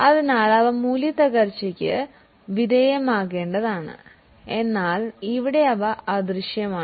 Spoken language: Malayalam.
അതിനാൽ അവ ഡിപ്രീസിയേഷൻ ചെയ്യപ്പെടേണ്ടതാണ് എന്നാൽ ഇവിടെ അവ ഇൻറ്റാൻജിബിൾ ആയതിനാൽ അവ അമോർടൈസ് ചെയ്യേണ്ടതുണ്ട്